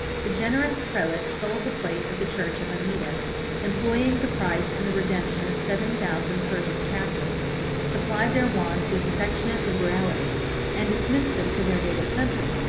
the generous prelate sold the plate of the church of amida employed the price in the redemption of seven thousand persian captives supplied their wants with affectionate liberality and dismissed them to their native country,